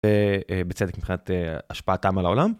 בצדק מבחינת השפעתם על העולם.